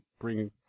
bring